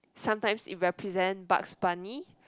sometime it represent Bugs-Bunny